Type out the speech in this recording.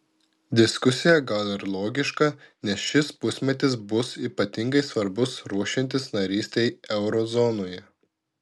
diskusija gal ir logiška nes šis pusmetis bus ypatingai svarbus ruošiantis narystei euro zonoje